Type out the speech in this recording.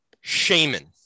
Shaman